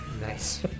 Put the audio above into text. Nice